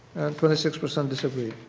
twenty six percent disagreed.